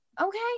okay